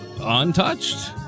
untouched